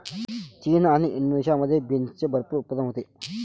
चीन आणि इंडोनेशियामध्ये बीन्सचे भरपूर उत्पादन होते